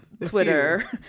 twitter